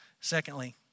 Secondly